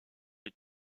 les